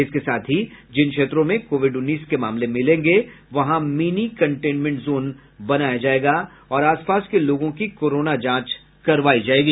इसके साथ ही जिन क्षेत्रों में कोविड उन्नीस के मामले मिलेंगे वहां मिनी कंटेनमेंट जोन बनाया जायेगा और आसपास के लोगों की कोरोना जांच करवायी जायेगी